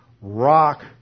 rock